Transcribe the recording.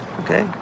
okay